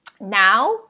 Now